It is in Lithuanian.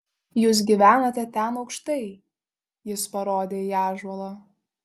jūs gyvenate ten aukštai jis parodė į ąžuolą